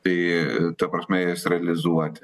tai ta prasme jas realizuoti